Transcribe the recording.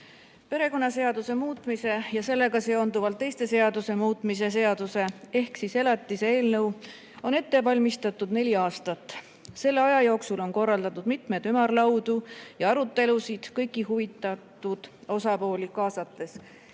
Perekonnaseaduse muutmise ja sellega seonduvalt teiste seaduste muutmise seaduse eelnõu ehk elatise eelnõu on ette valmistatud neli aastat. Selle aja jooksul on korraldatud mitmeid ümarlaudu ja arutelusid kõiki huvitatud osapooli kaasates.